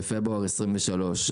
בפברואר 2023,